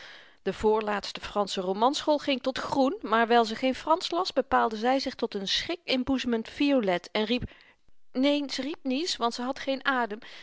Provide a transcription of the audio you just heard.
de voorlaatste fransche romanschool ging tot groen maar wyl ze geen fransch las bepaalde zy zich tot n schrikinboezemend violet en riep neen ze riep niets want ze had geen adem